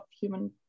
human